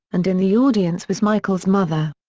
and in the audience was michael's mother.